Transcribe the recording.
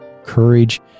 courage